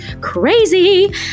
crazy